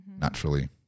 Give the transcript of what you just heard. naturally